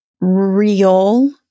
real